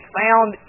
found